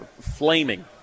flaming